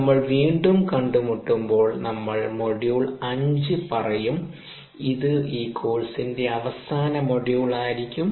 നമ്മൾ വീണ്ടും കണ്ടുമുട്ടുമ്പോൾ നമ്മൾ മൊഡ്യൂൾ 5 പറയും ഇത് ഈ കോഴ്സിന്റെ അവസാന മൊഡ്യൂളായിരിക്കും